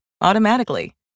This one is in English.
automatically